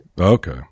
Okay